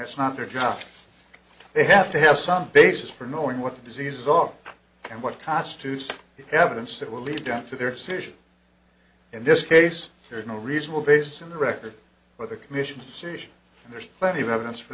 that's not their job they have to have some basis for knowing what diseases are and what constitutes evidence that will lead them to their decision in this case there is no reasonable basis in the record for the commission's decision and there's plenty of evidence for